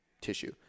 tissue